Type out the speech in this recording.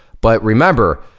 but remember,